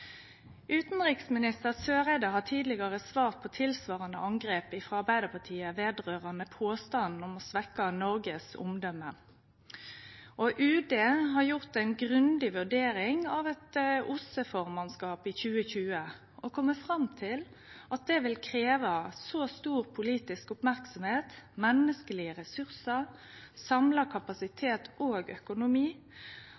Utanriksminister Eriksen Søreide har tidlegare svara på tilsvarande angrep frå Arbeidarpartiet når det gjeld påstanden om å svekkje Noregs omdøme. UD har gjort ei grundig vurdering av eit OSSE-formannskap i 2020 og kome fram til at det vil krevje stor politisk merksemd, menneskelege ressursar, samla